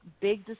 big